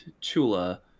Chula